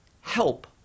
help